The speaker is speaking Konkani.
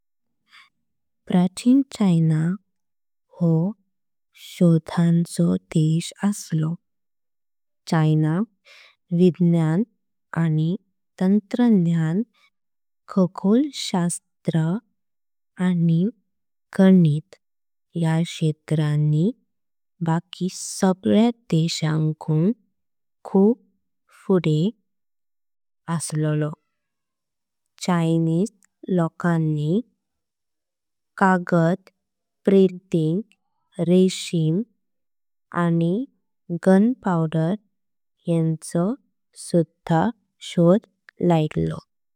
प्राचीन चीन हा शोधांचो देश असलो। चीन विज्ञान आनी तंत्रज्ञान खगोलशास्त्रा। आनी गणित या क्षेत्रां बाकी सगळ्या देशांकुण। खूप फुडे असलो चायनीज लोकांनी कागद। प्रिंटिंग रेशीम आनी गनपावडर येंचो सुधा शोध लयला।